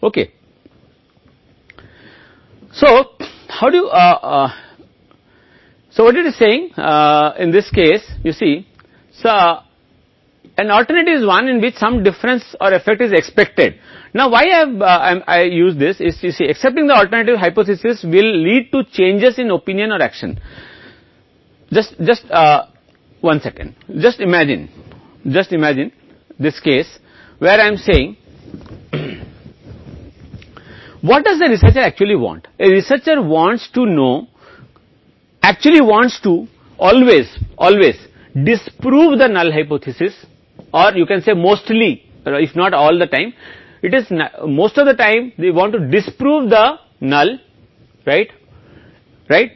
अगर कोई कहता है कि क्लब सोडा के साथ खिलाया जाता है तो बेहतर होगा कि यह एक पूंछ है तो एक वैकल्पिक देखते हैं जो कुछ मतभेद हैं या प्रभाव अब स्वीकार किया जाता है कि वैकल्पिक परिकल्पना को स्वीकार करने के लिए इसका उपयोग क्यों हैं जिससे बदलाव आएगा राय या कार्रवाई सिर्फ एक सेकंड में इस मामले की कल्पना करें जहां शोधकर्ता वास्तव में क्या चाहते हैं कि शोधकर्ता जानना चाहता है कि वास्तव में हमेशा अशक्त परिकल्पना रहना चाहता है कह सकते हैं कि समय नहीं है